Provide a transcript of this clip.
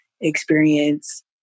experience